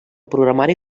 programari